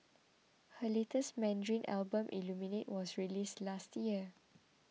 her latest Mandarin Album Illuminate was released last year